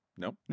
Nope